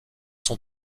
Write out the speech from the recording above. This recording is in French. son